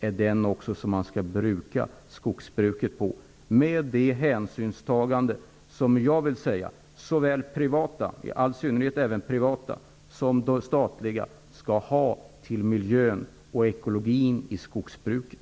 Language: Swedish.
Det är också den mark man skall bedriva skogsbruk på med det hänsynstagande som såväl privata -- faktiskt i all synnerhet privata -- som statliga bolag skall göra till miljön och ekologin i skogsbruket.